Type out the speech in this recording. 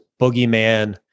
boogeyman